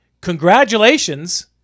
Congratulations